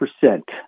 percent